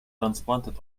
transplanted